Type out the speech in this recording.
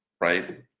right